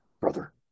brother